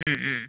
ಹ್ಞೂ ಹ್ಞೂ